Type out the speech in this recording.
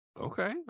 Okay